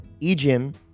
Ejim